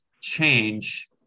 change